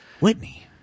Whitney